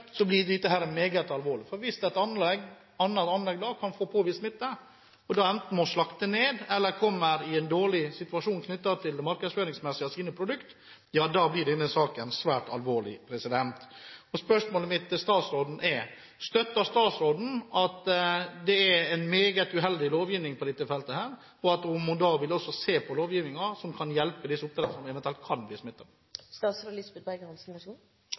blir dette meget alvorlig. Hvis et anlegg får påvist smitte og da enten må slakte ned eller kommer i en dårlig situasjon knyttet til markedsføring av sine produkter, ja, da blir denne saken svært alvorlig. Spørsmålet mitt til statsråden er: Støtter statsråden at det er en meget uheldig lovgivning på dette feltet, og vil hun se på lovgivningen for å hjelpe disse oppdretterne hvis det blir påvist smitte i anleggene? Det første jeg vil si, er at selv om det i det lokalitetsområdet som